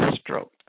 stroked